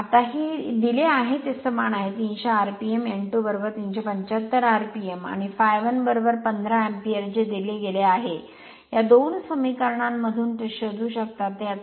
आता हे दिले आहे ते समान आहे 300 आरपीएमn2 375 आरपीएम आणि ∅ 1 15 अँपिअर जे दिले गेले आहे या 2 समीकरणांमधून ते शोधू शकतात ते 18